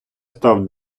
став